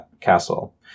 Castle